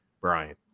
Brian